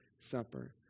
supper